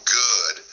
good